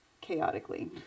chaotically